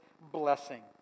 blessing